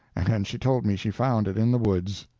and she told me she found it in the woods.